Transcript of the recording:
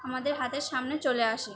আমাদের হাতের সামনে চলে আসে